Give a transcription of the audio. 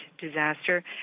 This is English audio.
disaster